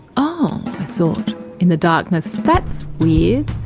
oh, i thought in the darkness, that's weird.